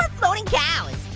ah floating cows.